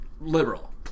liberal